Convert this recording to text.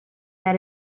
that